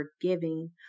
forgiving